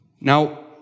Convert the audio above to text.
Now